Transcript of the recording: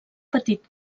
petit